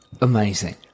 Amazing